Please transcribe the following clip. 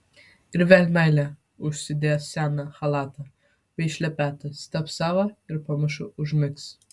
ir vėl meilė užsidės seną chalatą bei šlepetes taps sava ir pamažu užmigs